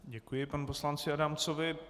Děkuji panu poslanci Adamcovi.